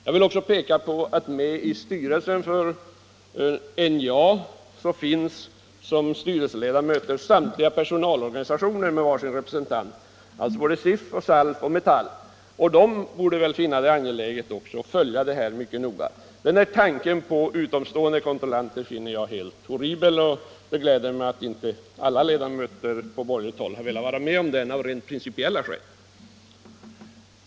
Jag vill också hänvisa till att som styrelseledamöter i NJA finns samtliga personalorganisationer, alltså SIF, SALF och Metall, med var sin representant. De borde väl också finna det angeläget att följa frågan mycket noga. Tanken på utomstående kontrollanter finner jag däremot helt horribel, och det gläder mig att inte alla ledamöter på borgerligt håll har velat gå med på den av rent principiella skäl.